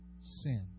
sin